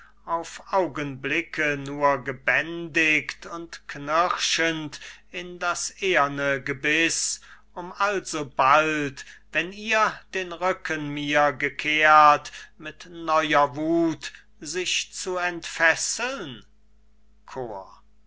auf augenblicke nur gebändigt und knirschend in das eherne gebiß um alsobald wenn ihr den rücken mir gekehrt mit neuer wuth sich zu entfesseln chor